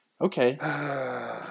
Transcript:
Okay